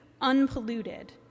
unpolluted